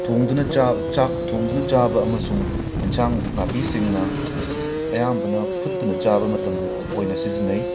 ꯊꯣꯡꯗꯨꯅ ꯆꯥ ꯆꯥꯛ ꯊꯣꯡꯗꯨꯅ ꯆꯥꯕ ꯑꯃꯁꯨꯡ ꯑꯦꯟꯁꯥꯡ ꯅꯥꯄꯤꯁꯤꯡꯅ ꯑꯌꯥꯝꯕꯅ ꯐꯨꯠꯇꯨꯅ ꯆꯥꯕ ꯃꯇꯝꯗ ꯑꯣꯏꯅ ꯁꯤꯖꯤꯟꯅꯩ